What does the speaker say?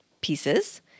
pieces